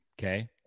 Okay